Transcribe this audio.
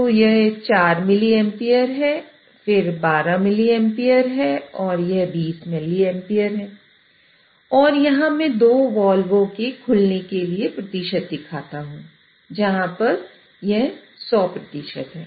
तो यह 4 मिलीएंपियर है फिर 12 मिली एंपियर है और यह 20 मिलीएंपियर है और यहां मैं दो वाल्वों के खुलने के लिए प्रतिशत दिखाता हूं जहां यह 100 है